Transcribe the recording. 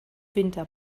winter